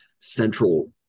central